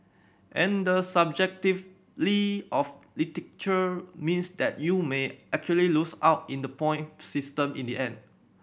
and the of literature means that you may actually lose out in the point system in the end